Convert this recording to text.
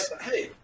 hey